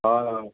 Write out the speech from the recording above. हय हय